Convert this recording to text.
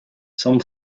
some